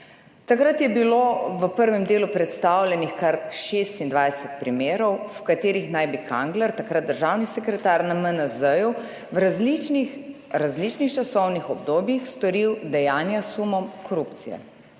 Takrat je bilo v prvem delu predstavljenih kar 26 primerov, v katerih naj bi Kangler takrat državni sekretar na MNZ v različnih časovnih obdobjih storil dejanja s sumom korupcije,